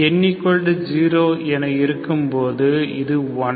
n0 என இருக்கும் போது இது 1